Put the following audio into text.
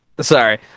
sorry